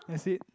and sit